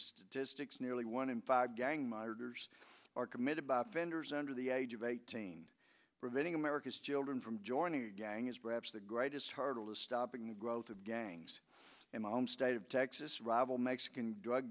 statistics nearly one in five gang murders are committed by offenders under the age of eighteen preventing america's children from joining a gang is perhaps the greatest heart of stopping the growth of gangs in my home state of texas rival mexican drug